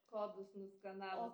kodus nuskanavus